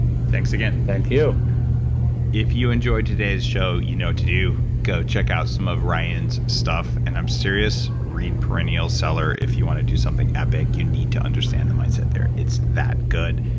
thanks, again thank you if you enjoyed today's show, you know what to do. go check out some of ryan's stuff and i'm serious, read perennial seller. if you want to do something epic, you need to understand the mindset there. it's that good,